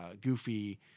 goofy